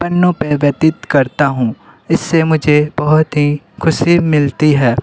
पन्नों पर व्यतित करता हूँ इससे मुझे बहुत ही ख़ुशी मिलती है